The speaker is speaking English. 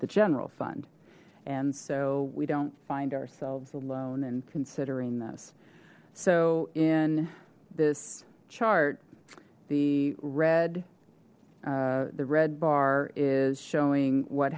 the general fund and so we don't find ourselves alone and considering this so in this chart the red the red bar is showing what